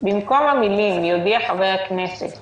במקום המילים: "יודיע חבר הכנסת